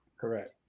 Correct